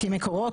כי "מקורות",